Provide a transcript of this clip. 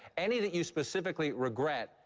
any that you specifically regret?